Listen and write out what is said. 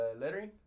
lettering